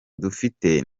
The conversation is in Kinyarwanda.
dufite